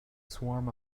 swarm